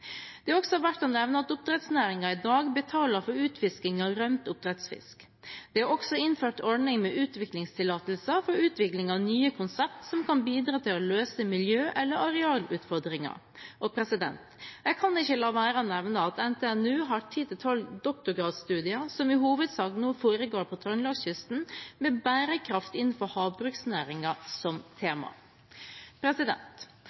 Det er også verdt å nevne at oppdrettsnæringen i dag betaler for utfisking av rømt oppdrettsfisk. Det er også innført en ordning med utviklingstillatelser for utvikling av nye konsept som kan bidra til å løse miljø- eller arealutfordringer. Jeg kan ikke la være å nevne at NTNU har ti–tolv doktorgradstudier som i hovedsak nå foregår på Trøndelagskysten, med bærekraft innenfor havbruksnæringen som